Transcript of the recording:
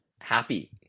happy